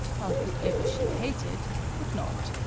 while whoever she hated would not.